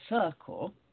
circle